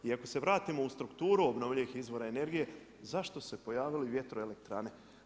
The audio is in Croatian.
I ako se vratimo u strukturu obnovljivih izvora energije, zašto se pojavljuju vjetroelektrane?